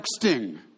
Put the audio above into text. texting